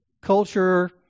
culture